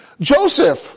Joseph